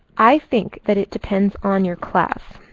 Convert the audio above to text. i think that it depends on your class.